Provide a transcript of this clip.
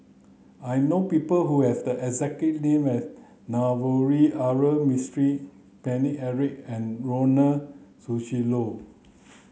I know people who have the exact name as Navroji R Mistri Paine Eric and Ronald Susilo